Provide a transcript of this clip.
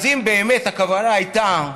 אז אם באמת הכוונה הייתה,